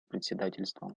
председательства